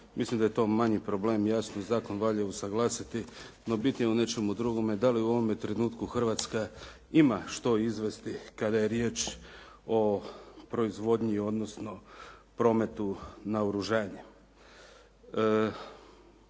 mislim da je to manji problem. Jasno, zakon valja usuglasiti, no bitnije je u nečemu drugome, da li u ovome trenutku Hrvatska ima što izvesti kada je riječ o proizvodnji, odnosno prometu naoružanja?